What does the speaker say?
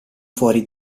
fuori